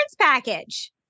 package